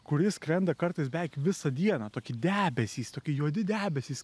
kuri skrenda kartais beveik visą dieną toki debesys toki juodi debesys